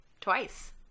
Twice